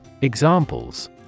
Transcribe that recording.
Examples